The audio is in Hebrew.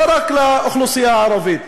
לא רק לאוכלוסייה הערבית,